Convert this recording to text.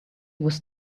was